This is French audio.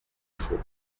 faut